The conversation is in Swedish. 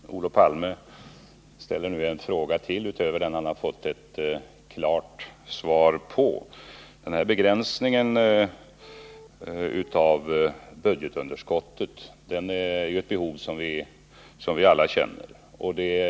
Herr talman! Olof Palme ställer nu en fråga utöver den som han har fått ett klart svar på. Vi alla känner ju till behovet av att begränsa budgetunderskottet.